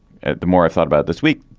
the more i thought about this week,